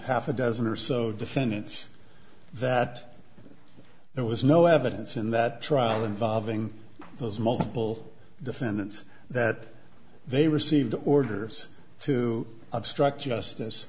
half a dozen or so defendants that there was no evidence in that trial involving those multiple defendants that they received orders to obstruct justice